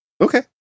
Okay